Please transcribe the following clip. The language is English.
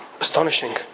astonishing